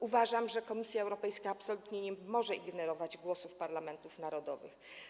Uważam, że Komisja Europejska absolutnie nie może ignorować głosów parlamentów narodowych.